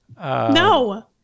no